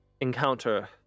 encounter